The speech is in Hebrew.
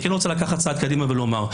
אני כן רוצה לקחת צעד קדימה ולומר,